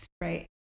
right